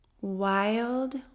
Wild